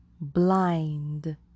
blind